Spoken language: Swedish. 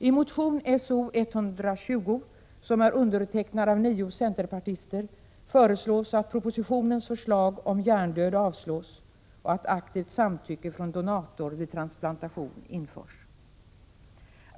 I motion So120, som är undertecknad av nio centerpartister, föreslås att propositionens förslag om hjärndöd avslås och att aktivt samtycke från donator vid transplantation införs.